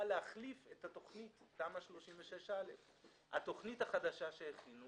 להחליף את תוכנית תמ"א 36א'. התוכנית החדשה שהכינו